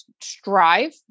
strive